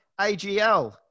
AGL